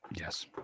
Yes